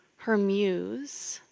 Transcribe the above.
her muse.